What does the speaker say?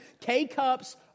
K-cups